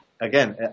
Again